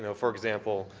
you know for example,